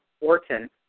Orton